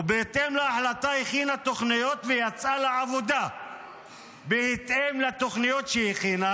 ובהתאם להחלטה הכינה תוכניות ויצאה לעבודה בהתאם לתוכניות שהיא הכינה,